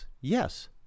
Yes